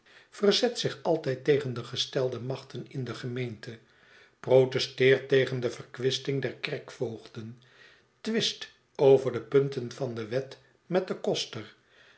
verzet zich altijd tegen de gestelde machten in de gemeente protesteert tegen de verkwisting der kerkvoogden twist over de punten van de wet met den koster